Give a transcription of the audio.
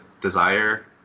desire